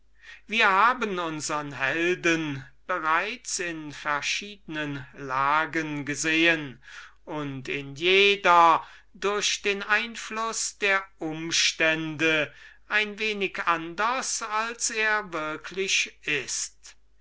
wir haben unsern helden bereits in verschiedenen situationen gesehen und in jeder durch den einfluß der umstände ein wenig anders als er würklich ist